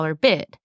bid